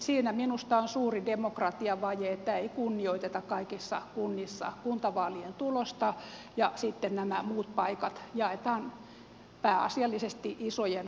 siinä minusta on suuri demokratiavaje että ei kunnioiteta kaikissa kunnissa kuntavaalien tulosta ja sitten nämä muut paikat jaetaan pääasiallisesti isojen valtapuolueiden kesken